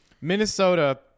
Minnesota